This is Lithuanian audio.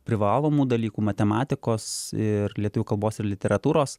privalomų dalykų matematikos ir lietuvių kalbos ir literatūros